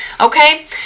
okay